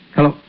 Hello